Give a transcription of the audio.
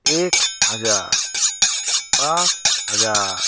एक हज़ार पाँच हज़ार